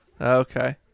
Okay